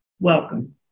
welcome